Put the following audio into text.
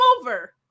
over